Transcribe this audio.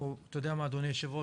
אתה יודע מה אדוני היו"ר,